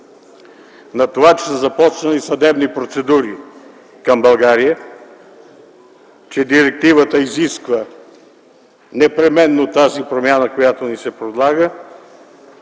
на това, че са започнали съдебни процедури към България, че директивата изисква непременно тази промяна, която ни се предлага,